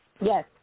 Yes